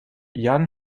jan